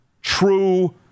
True